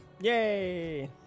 Yay